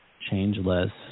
changeless